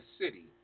city